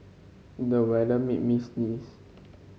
the weather made me sneeze